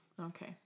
okay